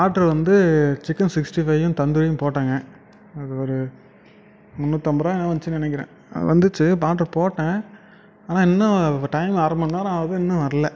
order வந்து chicken sixty ஃபையும் தந்தூரியும் போட்டேங்க ஒரு ஒரு முந்நூற்றம்பது ருபாய் என்னமோ வந்துச்சுன்னு நினைக்கிறேன் வந்துச்சு ஆர்டர் போட்டேன் ஆனால் இன்னும் டைம் அரை மணி நேரம் ஆகுது இன்னும் வரல